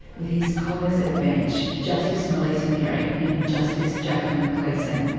with his colleagues at the bench, justice melissa perry and justice jacqueline gleeson.